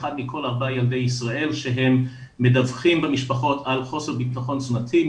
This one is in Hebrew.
1 מכל 4 ילדים בישראל שמדווחים במשפחות על חוסר בטחון תזונתי,